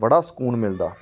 ਬੜਾ ਸਕੂਨ ਮਿਲਦਾ